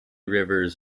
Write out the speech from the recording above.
rivers